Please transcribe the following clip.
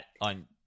on